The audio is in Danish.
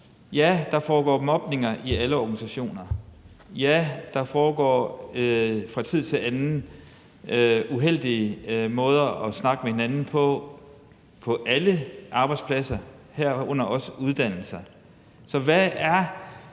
Ja, der foregår mobning i alle organisationer, ja, der foregår fra tid til anden uheldige måder at snakke med hinanden på på alle arbejdspladser, herunder også uddannelser, men mener